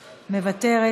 מוותרת,